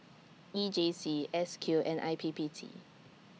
E J C S Q and I P P T